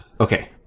Okay